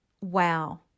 wow